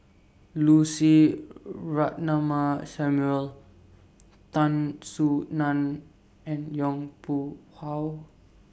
Lucy Ratnammah Samuel Tan Soo NAN and Yong Pung How